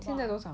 现在多少